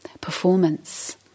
performance